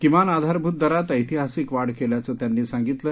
किमान आधारभूत दरात ऐतिहासिक वाढ केल्याचं त्यांनी सांगितलं